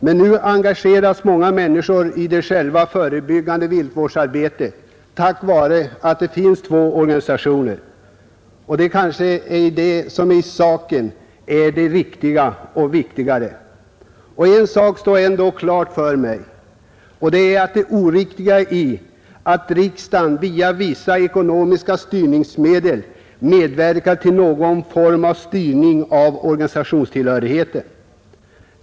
Men nu engageras många människor i det förebyggande viltvårdsarbetet tack vare att det finns två organisationer, och det är kanske viktigare. En sak står ändå klar för mig, och det är det oriktiga i att riksdagen via vissa ekonomiska styrningsmedel medverkar till någon form av styrning av organisationstillhörigheten.